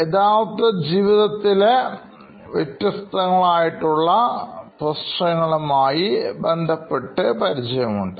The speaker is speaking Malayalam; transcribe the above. യഥാർത്ഥ ജീവിതത്തിലെവ്യത്യസ്തങ്ങളായട്ടുള്ള പ്രശ്നങ്ങളുമായി ബന്ധപ്പെട്ട് പരിചയമുണ്ട്